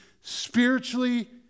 spiritually